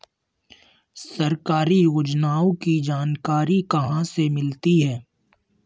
सरकारी योजनाओं की जानकारी कहाँ से मिलती है?